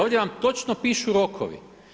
Ovdje vam točno pišu rokovi.